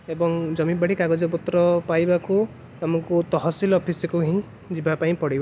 ଏବଂ ଜମିବାଡ଼ି କାଗଜପତ୍ର ପାଇବାକୁ ଆମକୁ ତହସିଲ ଅଫିସକୁ ହିଁ ଯିବା ପାଇଁ ପଡ଼ିବ